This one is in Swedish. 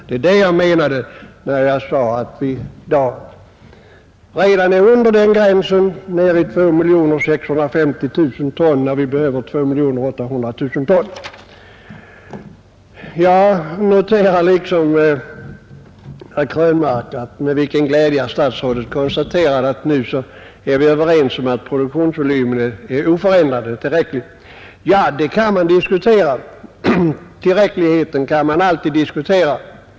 Det var det jag menade när jag sade att vi i dag är under gränsen 2 800 000 ton producerad mjölk; vi är nere i 2 650 000 ton. Jag noterar liksom herr Krönmark med vilken glädje statsrådet Bengtsson konstaterade att vi nu är överens om att produktionsvolymen är oförändrad och tillräcklig. Ja, tillräckligheten kan man alltid diskutera.